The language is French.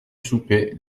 souper